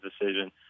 decision